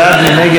מי נגד?